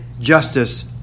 justice